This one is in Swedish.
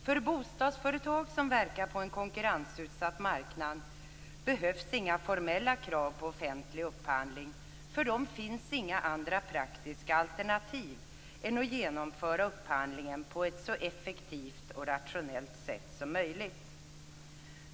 För bostadsföretag som verkar på en konkurrensutsatt marknad behövs inga formella krav på offentlig upphandling. För dem finns inga andra praktiska alternativ än att genomföra upphandlingen på ett så effektivt och rationellt sätt som möjligt.